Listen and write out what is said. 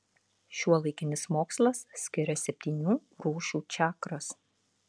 šiuolaikinis mokslas skiria septynių rūšių čakras